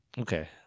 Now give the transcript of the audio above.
Okay